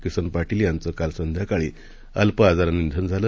किसन पाटील यांचं काल संध्याकाळी अल्प आजारानं निधन झालं